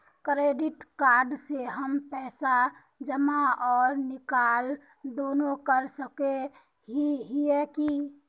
Credit card से हम पैसा जमा आर निकाल दोनों कर सके हिये की?